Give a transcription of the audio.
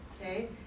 okay